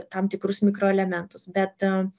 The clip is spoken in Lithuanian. tam tikrus mikroelementus bet